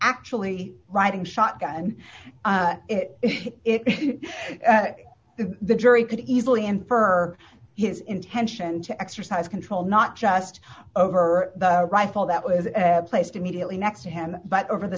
actually riding shotgun and it the jury could easily infer his intention to exercise control not just over the rifle that was placed immediately next to him but over the